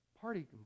party